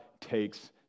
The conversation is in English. takes